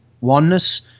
oneness